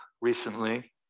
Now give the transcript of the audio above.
recently